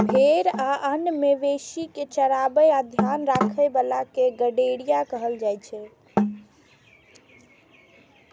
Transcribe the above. भेड़ आ आन मवेशी कें चराबै आ ध्यान राखै बला कें गड़ेरिया कहल जाइ छै